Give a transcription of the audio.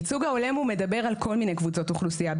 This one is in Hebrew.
הייצוג ההולם הוא מדבר על כל מיני קבוצות אוכלוסייה,